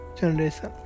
generation